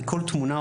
מכל תמונה,